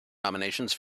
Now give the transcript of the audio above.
nominations